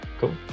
Cool